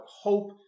hope